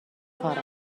کار